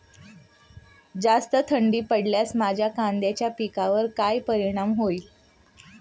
जास्त थंडी पडल्यास माझ्या कांद्याच्या पिकावर काय परिणाम होईल?